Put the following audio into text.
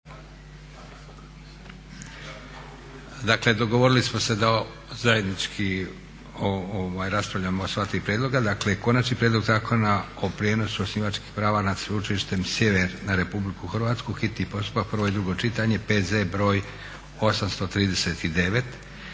Dakle, dogovorili smo se da zajednički raspravljamo o sva tri prijedloga. - Konačni prijedlog Zakona o prijenosu osnivačkih prava nad Sveučilištem Sjever na Republiku Hrvatsku, hitni postupak, prvo i drugo čitanje, P.Z. br. 839;